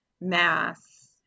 mass